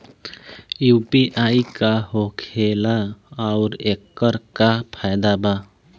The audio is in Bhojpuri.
यू.पी.आई का होखेला आउर एकर का फायदा बा?